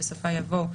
בסופה יבוא: